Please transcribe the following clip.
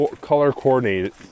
color-coordinated